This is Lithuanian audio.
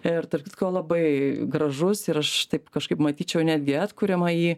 ir tarp kitko labai gražus ir aš taip kažkaip matyčiau netgi atkuriamąjį